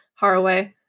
Haraway